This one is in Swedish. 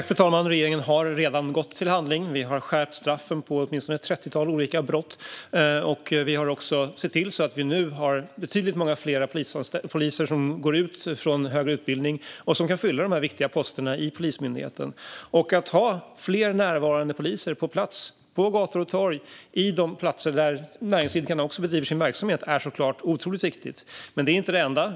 Fru talman! Regeringen har redan gått till handling. Vi har skärpt straffen på åtminstone ett trettiotal olika brott, och vi har också sett till att vi nu har betydligt många fler poliser som går ut från högre utbildning och kan fylla de här viktiga posterna i Polismyndigheten. Att ha fler närvarande poliser på plats på gator och torg och på de platser där näringsidkarna också bedriver sin verksamhet är såklart otroligt viktigt. Men det är inte det enda.